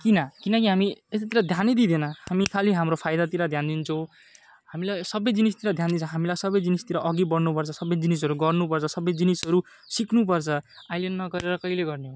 किन किनकि हामी यस्तोतिर ध्यान दिँदैन हामी खालि हाम्रो फाइदातिर ध्यान दिन्छौँ हामीलाई सबै जिनिसतिर ध्यान दिन्छौँ हामी सबै जिनिसहरूतिर अघि बढनु पर्छ हामीले सबै जिनिसहरू गर्नु पर्छ सबै जिनिसहरू सिक्नु पर्छ अहिले नगरेर कहिले गर्ने